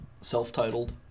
Self-titled